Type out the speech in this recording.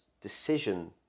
decision